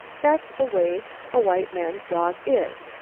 that's the way a white man's dog is,